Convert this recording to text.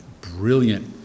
brilliant